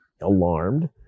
alarmed